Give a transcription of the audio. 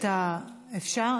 אפשר?